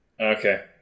Okay